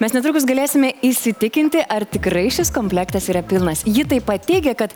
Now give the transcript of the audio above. mes netrukus galėsime įsitikinti ar tikrai šis komplektas yra pilnas ji taip pat teigia kad